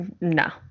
no